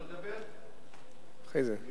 אתה, גם אם